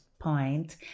point